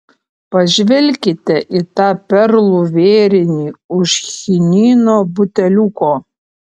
pažvelkite į tą perlų vėrinį už chinino buteliuko